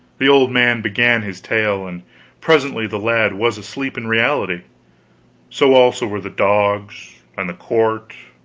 the old man began his tale and presently the lad was asleep in reality so also were the dogs, and the court,